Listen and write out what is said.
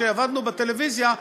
כשעבדנו בטלוויזיה,